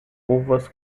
uvas